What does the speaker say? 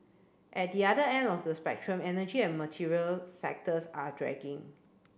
at the other end of the spectrum energy and material sectors are dragging